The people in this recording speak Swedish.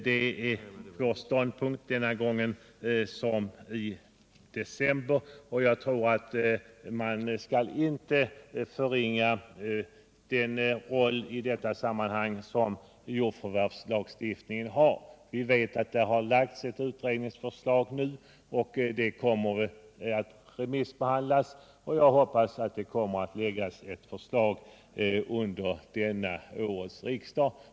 Det är vår ståndpunkt nu liksom i december. Jag anser att man inte skall förringa den roll i detta sammanhang som jordförvärvslagstiftningen spelar. Nu har ett utredningsförslag framlagts. Detta kommer att remissbehandlas, och jag hoppas att en proposition kommer att läggas fram till årets riksdag.